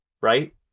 right